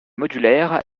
modulaire